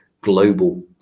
global